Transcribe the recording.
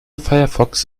firefox